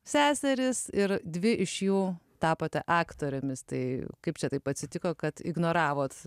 seserys ir dvi iš jų tapote aktorėmis tai kaip čia taip atsitiko kad ignoravote